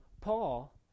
Paul